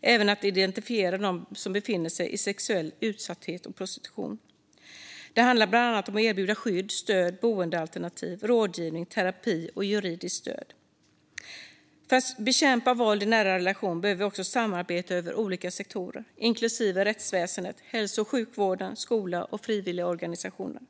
Det gäller även att identifiera dem som befinner sig i sexuell utsatthet och prostitution. Det handlar bland annat om att erbjuda skydd, stöd, boendealternativ, rådgivning, terapi och juridiskt stöd. För att bekämpa våld i nära relation behöver vi också samarbeta över olika sektorer, inklusive rättsväsendet, hälso och sjukvården, skolan och frivilligorganisationerna.